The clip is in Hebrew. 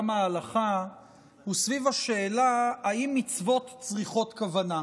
ההלכה הוא סביב השאלה אם מצוות צריכות כוונה.